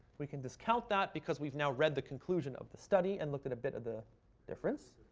we can discount that because we've now read the conclusion of the study and looked at a bit of the difference.